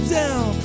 down